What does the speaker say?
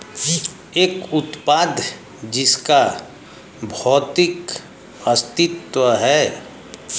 एक उत्पाद जिसका भौतिक अस्तित्व है?